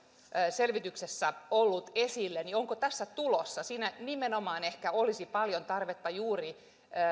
selvityksessä ollut esillä onko se tässä tulossa siinä nimenomaan olisi paljon tarvetta juuri